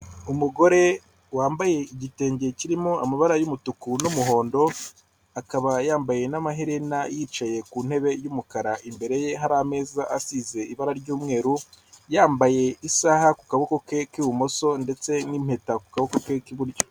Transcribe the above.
Umugore wambaye igitenge kirimo amabara y'umutuku n'umuhondo akaba yambaye n'amaherena yicaye ku ntebe y'umukara, imbere ye hari ameza asize ibara ry'umweru yambaye isaha ku kaboko ke k'ibumoso ndetse n'impeta ku kaboko ke k'iburyo.